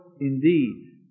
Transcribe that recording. indeed